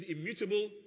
immutable